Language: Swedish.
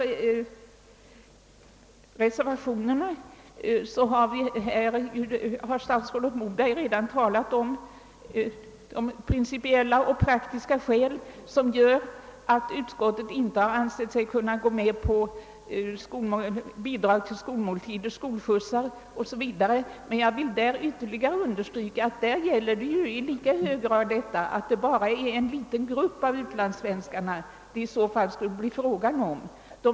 Statsrådet Moberg har redan redovisat de praktiska och principiella skäl som gjort att utskottet inte ansett sig kunna gå med på de olika förslagen om bidrag till skolmåltider, skolskjutsar o.s.v. Jag vill ytterligare understryka att även i dessa fall endast en liten del av utlandssvenskarna skulle komma i åtnjutande av ifrågavarande förmåner.